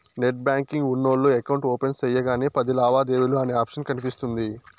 net banking ఉన్నోల్లు account open సెయ్యగానే పది లావాదేవీలు అనే ఆప్షన్ కనిపిస్తుంది